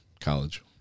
college